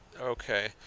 okay